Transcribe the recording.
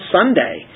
Sunday